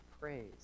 praise